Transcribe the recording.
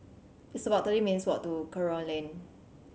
it's about thirty minutes' walk to Kerong Lane